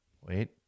wait